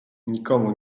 nikomu